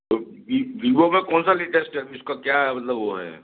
तो वी वीवो का कौन सा लेटेस्ट उसका क्या मतलब वो है